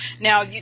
Now